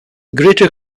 greater